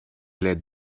l’aide